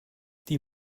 die